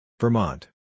Vermont